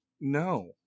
No